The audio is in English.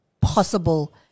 possible